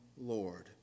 Lord